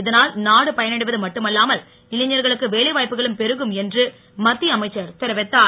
இதனால் நாடு பயனடைவது மட்டுமல்லாமல் இளைஞர்களுக்கு வேலை வாய்ப்புகளும் பெருகும் என்று மத்திய அமைச்சர் தெரிவித்தார்